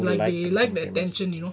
like they like the attention you know